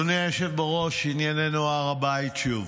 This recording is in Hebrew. אדוני היושב-ראש, ענייננו הר הבית שוב,